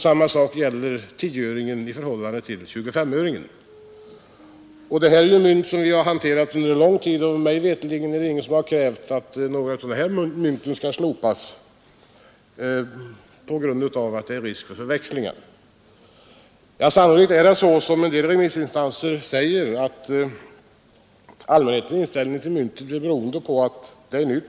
Samma sak gäller tioöringen i förhållande till tjugofemöringen. Detta är ju mynt som vi har hanterat under lång tid, och mig veterligen är det ingen som har krävt att några av dessa mynt skall slopas på grund av att det är risk för förväxlingar. Sannolikt är det så, som en del remissinstanser säger, att allmänhetens inställning till femkronemyntet är beroende på att det är nytt